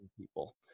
people